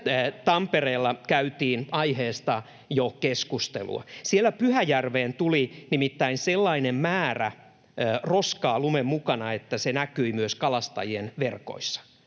Tampereella käytiin aiheesta keskustelua. Siellä Pyhäjärveen tuli nimittäin sellainen määrä roskaa lumen mukana, että se näkyi myös kalastajien verkoissa.